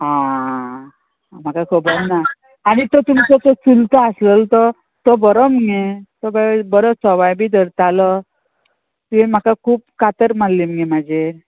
आ म्हाका खबर ना आनी तो तुमचो तो चुलतो आसलेलो तो बरो मगे तो वेळ बरो सवाय बी धरतालो तुवें म्हाका खूब कातर मारली मगे म्हाजे